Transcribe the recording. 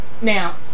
Now